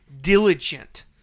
diligent